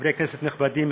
חברי כנסת נכבדים,